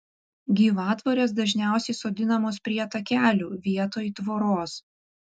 gyvatvorės dažniausiai sodinamos prie takelių vietoj tvoros